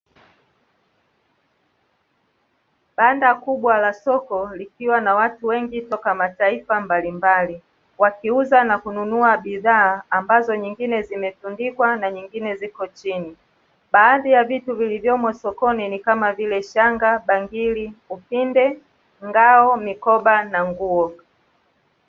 Banda kubwa la soko likiwa na watu wengi kutoka mataifa mbalimbali, wakiuza na kununua bidhaa ambazo nyingine zimetundikwa na nyingine ziko chini. Baadhi ya vitu vilivyomo sokoni ni kama vile shanga, bangili, upinde, ngao, mikoba na nguo.